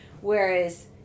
whereas